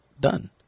done